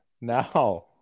Now